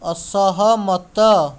ଅସହମତ